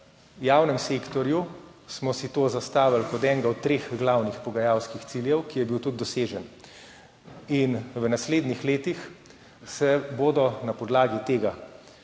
V javnem sektorju smo si to zastavili kot enega od treh glavnih pogajalskih ciljev, ki je bil tudi dosežen. V naslednjih letih se bodo na podlagi tega,